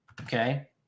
okay